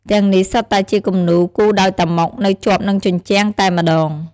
ទាំងនេះសុទ្ធតែជាគំនូរគូរដោយតាម៉ុកនៅជាប់នឹងជញ្ជាំងតែម្ដង។